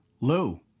Lou